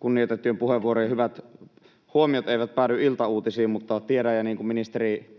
kunnioitettujen puheenvuorojen hyvät huomiot eivät päädy iltauutisiin, mutta niin kuin tiedän ja entinen ministeri